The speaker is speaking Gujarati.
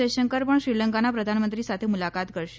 જયશંકર પણ શ્રીલંકાના પ્રધાનમંત્રી સાથે મુલાકાત કરશે